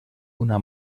una